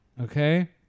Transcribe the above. Okay